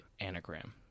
anagram